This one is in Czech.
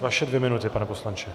Vaše dvě minuty, pane poslanče.